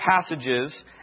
passages